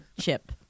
chip